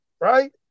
right